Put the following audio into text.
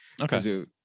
okay